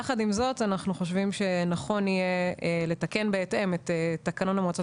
יחד עם זאת אנחנו חושבים שנכון יהיה לתקן בהתאם את תקנון המועצות